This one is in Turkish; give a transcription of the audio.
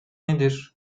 nedir